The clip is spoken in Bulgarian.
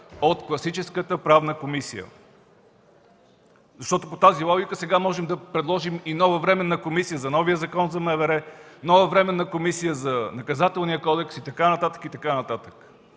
от класическата Правна комисия. Защото по тази логика сега можем да предложим и нова Временна комисия за новия Закон за МВР, нова Временна комисия за Наказателния кодекс и така нататък, и така нататък.